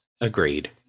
agreed